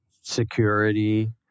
security